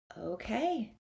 Okay